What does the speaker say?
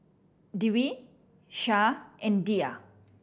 Dwi Syah and Dhia